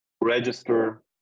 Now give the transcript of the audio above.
register